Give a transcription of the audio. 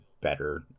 better